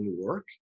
work